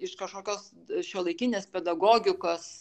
iš kažkokios šiuolaikinės pedagogikos